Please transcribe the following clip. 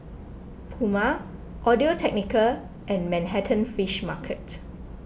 Puma Audio Technica and Manhattan Fish Market